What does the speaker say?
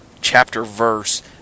chapter-verse